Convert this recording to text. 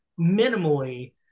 minimally